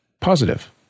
positive